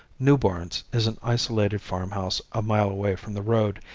new barns is an isolated farmhouse a mile away from the road,